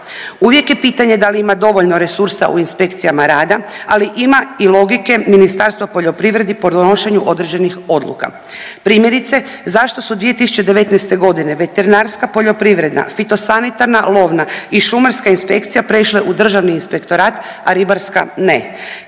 Uvijek je pitanje da li ima dovoljno resursa u inspekcijama rada, ali ima i logike Ministarstvo poljoprivredi pri donošenju određenih odluka. Primjerice, zašto su 2019.g. veterinarska, poljoprivreda, fitosanitarna, lovna i šumarska inspekcija prešle u državni inspektorat, a ribarska ne.